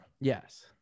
Yes